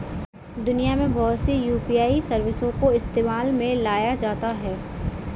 दुनिया में बहुत सी यू.पी.आई सर्विसों को इस्तेमाल में लाया जाता है